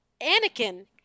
Anakin